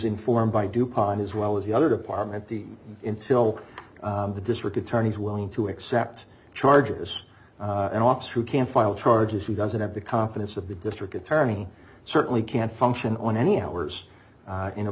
informed by dupont as well as the other department the intil the district attorney's willing to accept charges in office who can file charges he doesn't have the confidence of the district attorney certainly can't function on any hours in a